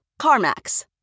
CarMax